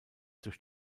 durch